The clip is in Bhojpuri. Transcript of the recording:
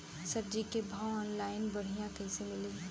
सब्जी के भाव ऑनलाइन बढ़ियां कइसे मिली?